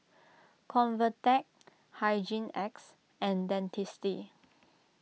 Convatec Hygin X and Dentiste